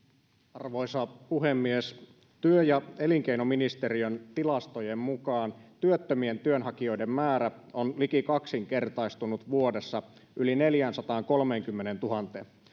arvoisa puhemies työ ja elinkeinoministeriön tilastojen mukaan työttömien työnhakijoiden määrä on liki kaksinkertaistunut vuodessa yli neljäänsataankolmeenkymmeneentuhanteen